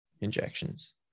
injections